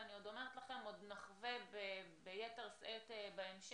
ואני אומרת לכם שעוד נחווה ביתר שאת בהמשך